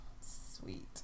Sweet